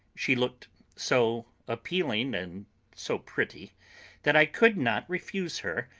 she looked so appealing and so pretty that i could not refuse her,